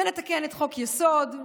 ונתקן את חוק-היסוד,